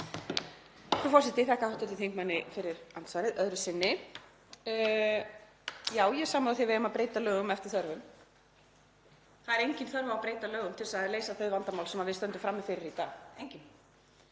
Frú forseti. Ég þakka hv. þingmanni fyrir andsvarið öðru sinni. Ég er sammála því að við eigum að breyta lögum eftir þörfum. Það er engin þörf á að breyta lögum til að leysa þau vandamál sem við stöndum frammi fyrir í dag. Engin.